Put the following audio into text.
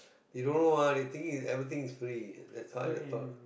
they don't know ah they think it everything is free that's why that thought